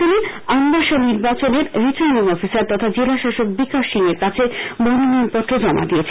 তিনি আমবাসা নির্বাচনের returning officer তথা জেলাশাসক বিকাশ সিং এর কাছে মনোনয়নপত্র জমা দিয়েছেন